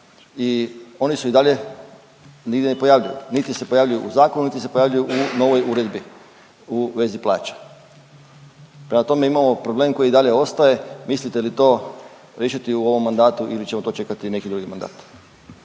i oni su i dalje nigdje ne pojavljuju, niti se pojavljuju u zakonu niti se pojavljuju u novoj uredbi u vezi plaća, prema tome imamo problem koji i dalje ostaje. Mislite li to riješiti u ovom mandatu ili ćemo to čekati neki drugi mandat?